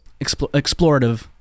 Explorative